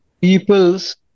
people's